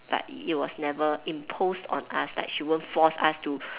but it it was never imposed on us like she won't force us to